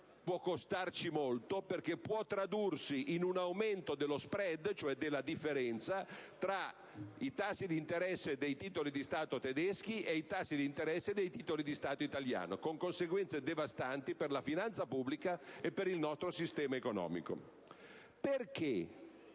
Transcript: può costarci molto, perché può tradursi in un aumento dello *spread*, cioè della differenza tra i tassi d'interesse dei titoli di Stato tedeschi e i tassi d'interesse dei titoli di Stato italiani, con conseguenze devastanti per la finanza pubblica e per il nostro sistema economico. Per